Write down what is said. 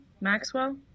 Maxwell